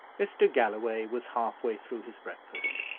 mr. galloway was half-way through his breakfast.